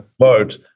vote